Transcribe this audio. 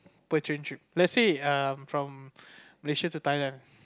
per train trip let's say um from Malaysia to Thailand